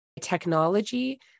technology